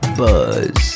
buzz